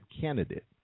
candidate